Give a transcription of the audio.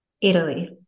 Italy